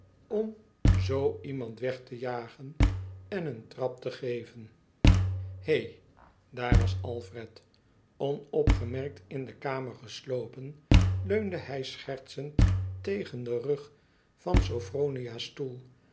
om zoo iemand weg te jagen en een trap te geven hè daar was alfred onopgemerkt in de kamer geslopen leunde hij schertsend tegen den rug van sophronia's stoel